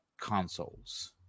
consoles